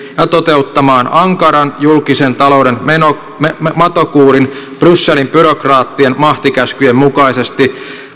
ja toteuttamaan ankaran julkisen talouden matokuurin brysselin byrokraattien mahtikäskyjen mukaisesti